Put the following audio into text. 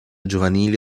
giovanile